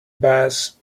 bus